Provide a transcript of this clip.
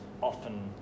often